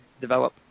develop